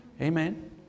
Amen